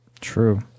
True